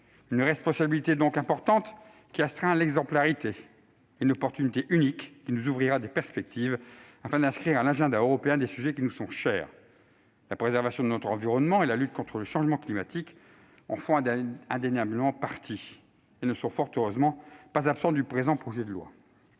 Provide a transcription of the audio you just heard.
d'une responsabilité importante, qui astreint à l'exemplarité, et d'une occasion unique, qui nous ouvrira des perspectives, pour inscrire à l'agenda européen des sujets chers à nos yeux. La préservation de notre environnement et la lutte contre le changement climatique en font indéniablement partie et ne sont- fort heureusement ! -pas absents du présent projet de loi.